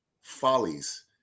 follies